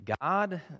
God